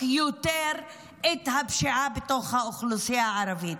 יותר את הפשיעה בתוך האוכלוסייה הערבית.